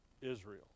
Israel